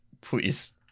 Please